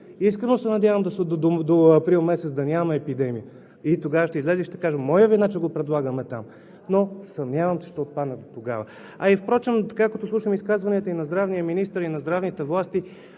Искрено се надявам до месец април да няма епидемия. Тогава ще изляза и ще кажа: моя е вината, че го предлагаме там. Но се съмняваме, че ще отпадне дотогава. Впрочем като слушам изказванията и на здравния министър, и на здравните власти,